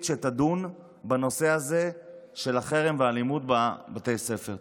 שתדון בנושא הזה של החרם והאלימות בבתי הספר.